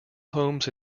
homes